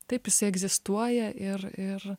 taip jisai egzistuoja ir ir